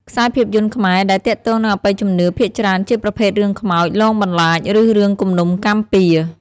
ខ្សែភាពយន្តខ្មែរដែលទាក់ទងនឹងអបិយជំនឿភាគច្រើនជាប្រភេទរឿងខ្មោច លងបន្លាច ឬរឿងគំនុំកម្មពៀរ។